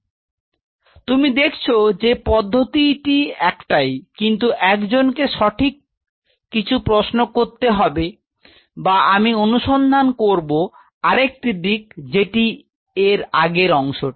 তো তুমি দেকছ যে পদ্ধতি একটাই কিন্তু একজনকে সঠিক কিছু প্রশ্ন করতে হবে বা আমি অনুসন্ধান করব আরেকটি দিক যেটি এর আগের অংশটি